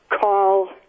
call